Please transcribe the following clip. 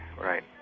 right